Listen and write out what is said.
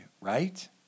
right